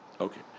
Okay